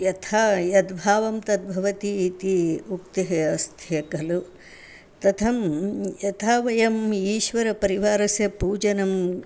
यथा यद्भावं तद्भवति इति उक्तिः अस्ति खलु तथं यथा वयम् ईश्वरपरिवारस्य पूजनं